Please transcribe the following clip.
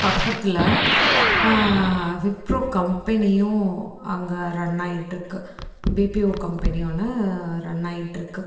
பக்கத்தில் விப்ரோ கம்பெனியும் அங்கே ரன் ஆயிட்டுருக்கு பிபிஓ கம்பெனி ஒன்று ரன் ஆயிட்டுருக்கு